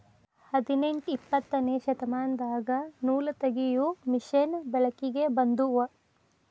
ಹದನೆಂಟ ಇಪ್ಪತ್ತನೆ ಶತಮಾನದಾಗ ನೂಲತಗಿಯು ಮಿಷನ್ ಬೆಳಕಿಗೆ ಬಂದುವ